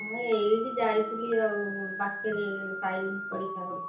ହଁ ଏଇଠି ଯାଇଥିଲି ଆଉ ପାଖରେ ସାହି ପଡ଼ିଶା ଘରକୁ